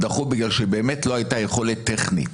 דחו בגלל שבאמת לא הייתה יכולת טכנית.